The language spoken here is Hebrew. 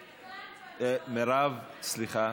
אני כאן, מירב, סליחה,